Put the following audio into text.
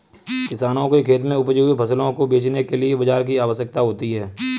किसानों के खेत में उपजे हुए फसलों को बेचने के लिए बाजार की आवश्यकता होती है